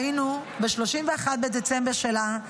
היינו ב-31 בדצמבר שלה,